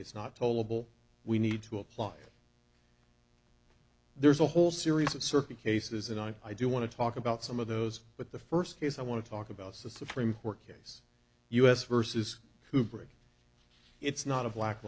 it's not tol'able we need to apply there's a whole series of circuit cases and i do want to talk about some of those but the first case i want to talk about the supreme court case u s versus cooperage it's not a black